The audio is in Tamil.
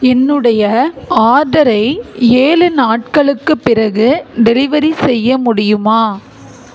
என்னுடைய ஆர்டரை ஏழு நாட்களுக்கு பிறகு டெலிவரி செய்ய முடியுமா